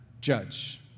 judge